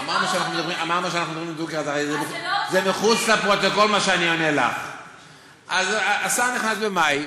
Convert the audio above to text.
מאז חוקק החוק ועד שהשר נכנס לתפקיד בסוף מאי,